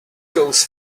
goes